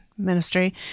Ministry